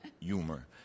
humor